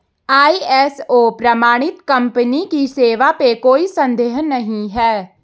ISO प्रमाणित company की सेवा पे कोई संदेह नहीं है